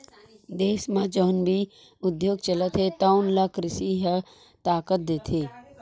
देस म जउन भी उद्योग चलत हे तउन ल कृषि ह ताकत देथे